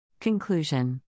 Conclusion